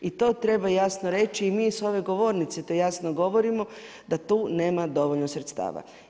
I to treba jasno reći i mi s ove govornice to jasno govorimo da tu nema dovoljno sredstava.